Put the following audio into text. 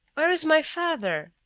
where is my father?